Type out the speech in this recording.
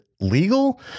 legal